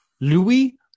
Louis